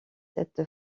cette